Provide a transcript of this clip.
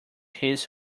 his